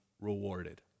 rewarded